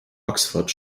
oxford